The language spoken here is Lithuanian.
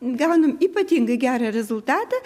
gaunam ypatingai gerą rezultatą